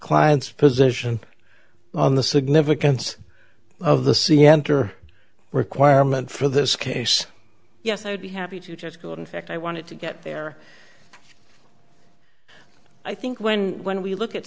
client's position on the significance of the cmdr requirement for this case yes i would be happy to just go in fact i wanted to get there i think when when we look at